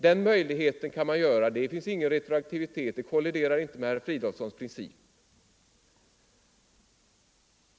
Den möjligheten har man. Det innebär ingen retroaktivitet. Det kolliderar inte med herr Fridolfssons princip.